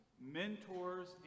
mentors